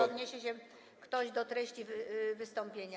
odniesie się ktoś do treści wystąpienia.